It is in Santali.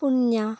ᱯᱩᱱᱭᱟ